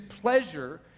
pleasure